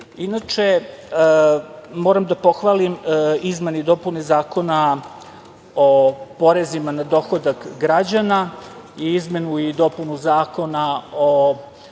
moram da pohvalim izmene i dopune Zakona o porezima na dohodak građana i izmenu i dopunu Zakona o